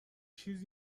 چیز